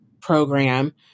program